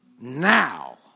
Now